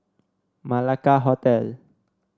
Malacca Hotel